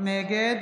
נגד